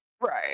Right